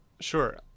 Sure